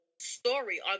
story